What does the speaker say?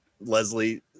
Leslie